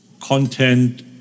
content